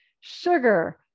sugar